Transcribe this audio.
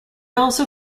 also